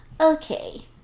Okay